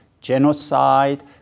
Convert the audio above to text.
genocide